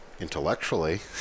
intellectually